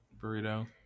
burrito